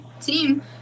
team